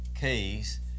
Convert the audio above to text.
keys